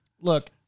Look